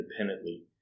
independently